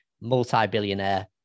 multi-billionaire